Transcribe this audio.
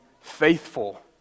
faithful